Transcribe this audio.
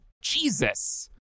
Jesus